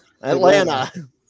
Atlanta